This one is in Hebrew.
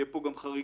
יהיו פה גם חריגים.